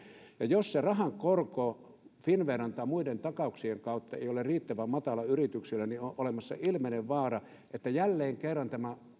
ja jos se rahan korko finnveran tai muiden takauksien kautta ei ole riittävän matala yrityksille niin on olemassa ilmeinen vaara että jälleen kerran tämä